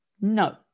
No